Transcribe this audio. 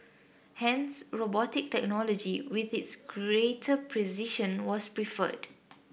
hence robotic technology with its greater precision was preferred